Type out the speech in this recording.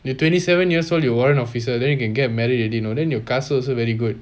you twenty seven years old you warrant officer then you can get married already you know then your cast also very good